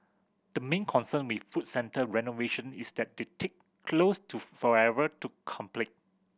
the main concern with food centre renovation is that they take close to forever to complete